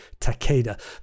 Takeda